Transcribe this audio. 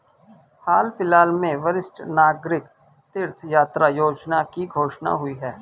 हाल फिलहाल में वरिष्ठ नागरिक तीर्थ यात्रा योजना की घोषणा हुई है